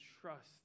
trust